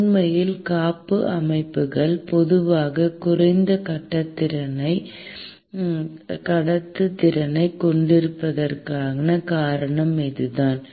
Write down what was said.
உண்மையில் காப்பு அமைப்புகள் பொதுவாக குறைந்த கடத்துத்திறனைக் கொண்டிருப்பதற்கான காரணம் இதுதான்